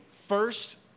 first